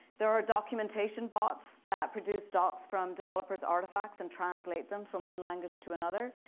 there are documentation bots that produce docs from developers artifacts and translate them from one language to another.